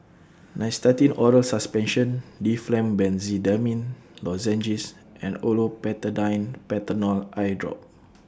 Nystatin Oral Suspension Difflam Benzydamine Lozenges and Olopatadine Patanol Eyedrop